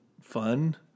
fun